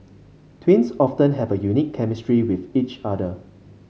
twins often have a unique chemistry with each other